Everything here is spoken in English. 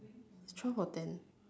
twelve or ten